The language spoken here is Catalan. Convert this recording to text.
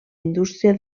indústria